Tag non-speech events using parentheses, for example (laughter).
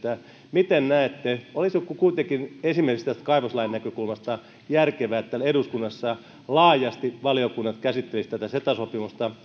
miten näette olisiko kuitenkin esimerkiksi tästä kaivoslain näkökulmasta järkevää että täällä eduskunnassa laajasti valiokunnat käsittelisivät tätä ceta sopimusta (unintelligible)